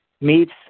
meets